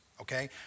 okay